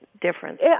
difference